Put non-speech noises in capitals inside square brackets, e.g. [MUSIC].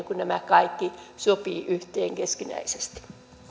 [UNINTELLIGIBLE] kuin nämä kaikki sopivat yhteen keskinäisesti